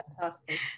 Fantastic